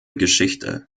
geschichte